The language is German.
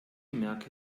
merke